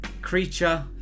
Creature